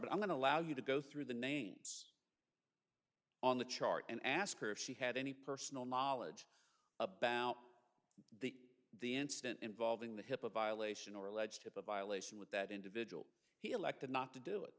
but i'm going to allow you to go through the names on the chart and ask her if she had any personal knowledge about the the incident involving the hipaa violation or alleged hipaa violation with that individual he elected not to do it